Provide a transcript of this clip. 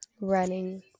running